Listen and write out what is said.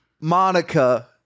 Monica